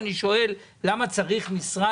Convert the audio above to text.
למה צריך את זה?